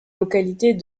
localités